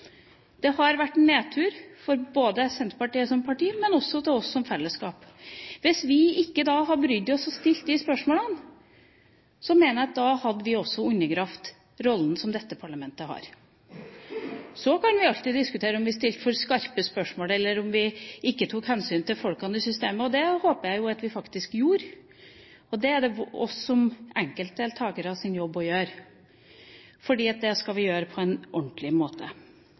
Det har vært en nedtur både for Senterpartiet som parti og for oss som fellesskap. Hvis vi da ikke hadde brydd oss og stilt disse spørsmålene, mener jeg at vi også hadde undergravd rollen som dette parlamentet har. Så kan vi alltid diskutere om vi stilte for skarpe spørsmål eller om vi ikke tok hensyn til folkene i systemet, og det håper jeg at vi faktisk gjorde. Det er det vår jobb som enkeltdeltakere å gjøre, og det skal vi gjøre på en ordentlig måte.